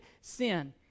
sin